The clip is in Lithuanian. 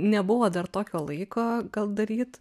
nebuvo dar tokio laiko gal daryt